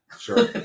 Sure